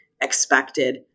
expected